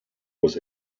was